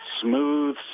smooth